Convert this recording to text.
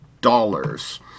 dollars